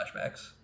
flashbacks